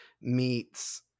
meets